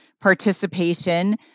participation